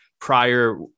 prior